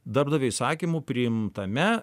darbdavio įsakymu priimtame